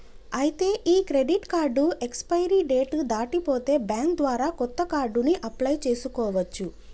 ఐతే ఈ credit card expiry date దాటి పోతే బ్యాంక్ ద్వారా కొత్త కార్డుని అప్లయ్ చేసుకోవచ్చు